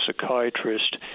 psychiatrist